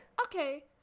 Okay